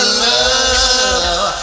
love